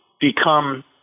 become